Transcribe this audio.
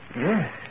Yes